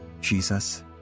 Jesus